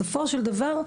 בסופו של דבר,